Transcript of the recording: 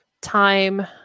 time